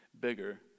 bigger